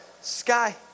sky